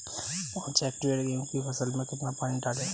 पाँच हेक्टेयर गेहूँ की फसल में कितना पानी डालें?